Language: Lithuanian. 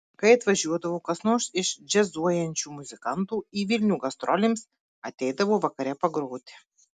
kai atvažiuodavo kas nors iš džiazuojančių muzikantų į vilnių gastrolėms ateidavo vakare pagroti